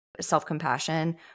self-compassion